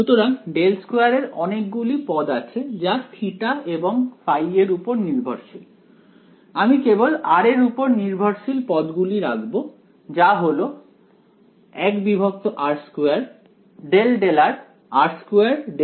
সুতরাং ∇2 এর অনেক গুলি পদ আছে যা θ এবং ϕ এর উপর নির্ভরশীল আমি কেবল r এর উপর নির্ভরশীল পদগুলি রাখবো যা হলো 1r2 ∂∂rr2∂∂r